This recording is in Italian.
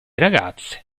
ragazze